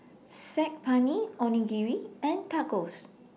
Saag Paneer Onigiri and Tacos